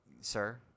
sir